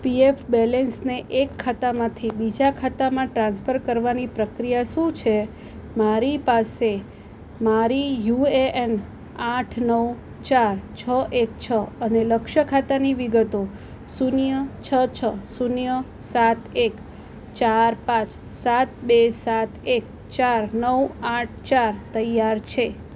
PF બેલેન્સને એક ખાતામાંથી બીજા ખાતામાં ટ્રાન્સફર કરવાની પ્રક્રિયા શું છે મારી પાસે મારી યુએએન આઠ નવ ચાર છ એક છ અને લક્ષ્ય ખાતાની વિગતો શૂન્ય છ છ શૂન્ય સાત એક ચાર પાંચ સાત બે સાત એક ચાર નવ આઠ ચાર તૈયાર છે